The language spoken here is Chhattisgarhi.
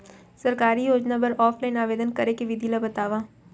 सरकारी योजना बर ऑफलाइन आवेदन करे के विधि ला बतावव